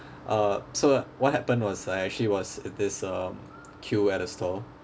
uh so what happened was I actually was at this um queue at a stall